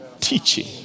teaching